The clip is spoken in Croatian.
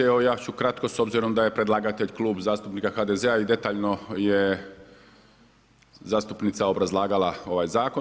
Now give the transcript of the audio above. Evo ja ću kratko s obzirom da je predlagatelj Klub zastupnika HDZ-a i detaljno je zastupnica obrazlagala ovaj zakona.